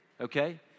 okay